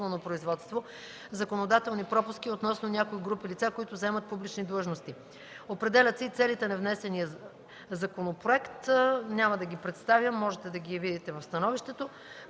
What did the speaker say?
производството; законодателни пропуски относно някои групи лица, които заемат публични длъжности. Определят се и целите на внесения законопроект. Няма да ги представям, можете да ги видите в становището.